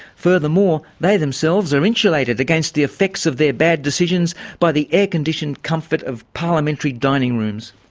furthermore, they themselves are insulated against the effects of their bad decisions by the air-conditioned comfort of parliamentary dining rooms.